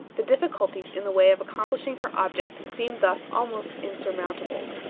the difficulties in the way of accomplishing her object seemed thus almost insurmountable.